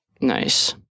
Nice